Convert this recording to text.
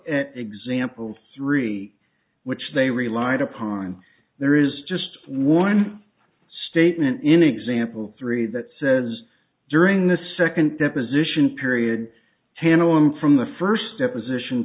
at examples three which they relied upon there is just one statement in example three that says during the second deposition period handle him from the first step is ition